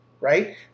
right